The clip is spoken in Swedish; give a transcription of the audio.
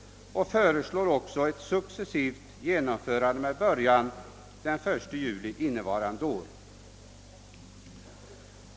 Kommittén förordar ett successivt genomförande med början den 1 juli innevarande år.